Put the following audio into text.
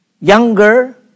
younger